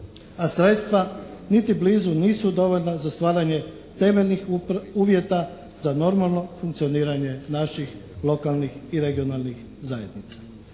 a sredstva niti blizu nisu dovoljna za stvaranje temeljnih uvjeta za normalno funkcioniranje naših lokalnih i regionalnih zajednica.